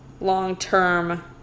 long-term